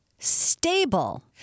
Stable